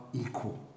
equal